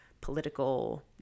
political